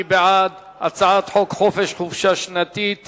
מי בעד הצעת חוק חופשה שנתית (תיקון,